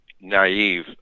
naive